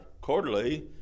quarterly